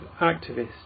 activists